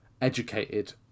educated